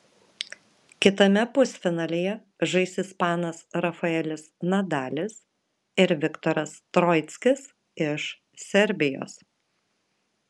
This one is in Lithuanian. kitame pusfinalyje žais ispanas rafaelis nadalis ir viktoras troickis iš serbijos